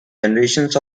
generations